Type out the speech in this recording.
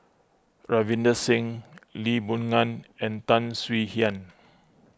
Ravinder Singh Lee Boon Ngan and Tan Swie Hian